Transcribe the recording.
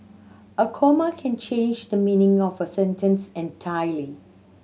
a comma can change the meaning of a sentence entirely